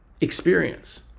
experience